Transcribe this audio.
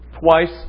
twice